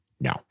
No